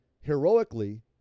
heroically